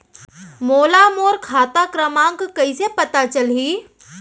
मोला मोर खाता क्रमाँक कइसे पता चलही?